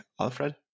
Alfred